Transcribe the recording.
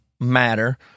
matter